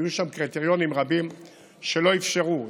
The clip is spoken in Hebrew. היו שם קריטריונים רבים שלא אפשרו,